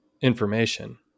information